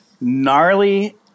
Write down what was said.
gnarly